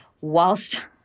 whilst